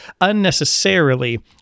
unnecessarily